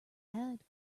had